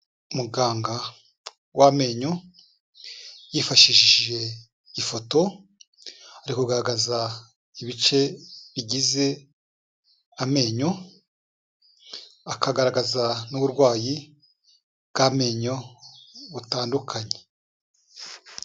Muganga w'amenyo yifashishije ifoto, ari kugaragaza ibice bigize amenyo, akagaragaza n'uburwayi bw'amenyo butandukanye.